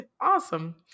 Awesome